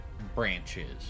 Branches